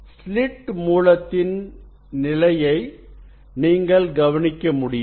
slit மூலத்தின் நிலையை நீங்கள் கவனிக்க முடியும்